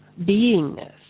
beingness